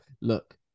look